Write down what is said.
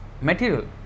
material